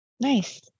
Nice